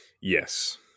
Yes